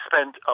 spent